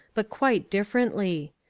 but quite differently.